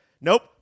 Nope